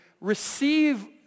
Receive